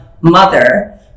mother